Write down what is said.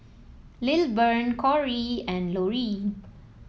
Lilburn Corrie and Laurene